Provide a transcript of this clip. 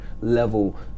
level